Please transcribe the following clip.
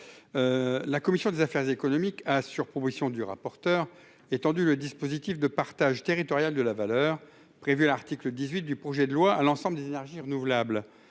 La commission des affaires économiques a, sur proposition du rapporteur pour avis, étendu le dispositif de partage territorial de la valeur, prévu à l'article 18 du projet de loi, à l'ensemble des énergies renouvelables.